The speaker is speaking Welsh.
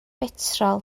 betrol